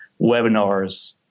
webinars